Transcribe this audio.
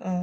ya